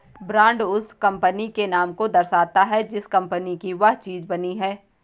brand उस company के नाम को दर्शाता है जिस कंपनी की वह चीज बनी है